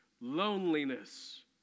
loneliness